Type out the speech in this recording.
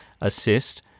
assist